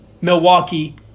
Milwaukee